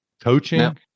coaching